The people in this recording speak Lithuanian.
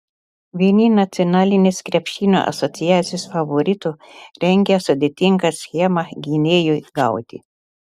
vieni nacionalinės krepšinio asociacijos favoritų rengia sudėtingą schemą gynėjui gauti